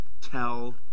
Tell